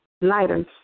Lighters